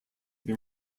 been